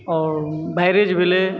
आओर बैराज भेलय